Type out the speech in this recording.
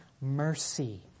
mercy